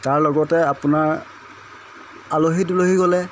তাৰ লগতে আপোনাৰ আলহী দুলহী গ'লে